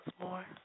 more